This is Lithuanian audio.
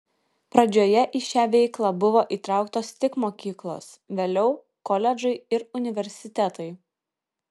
pradžioje į šią veiklą buvo įtrauktos tik mokyklos vėliau koledžai ir universitetai